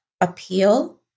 appeal